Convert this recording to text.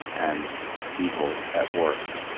and evil at worst,